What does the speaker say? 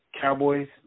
Cowboys